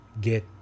Get